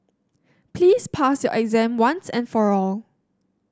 please pass your exam once and for all